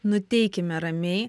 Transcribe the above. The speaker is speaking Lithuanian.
nuteikime ramiai